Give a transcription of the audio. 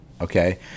Okay